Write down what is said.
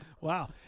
Wow